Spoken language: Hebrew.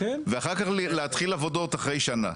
ואחר כך להתחיל עבודות אחרי שנה.